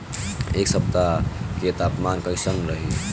एह सप्ताह के तापमान कईसन रही?